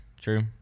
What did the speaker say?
true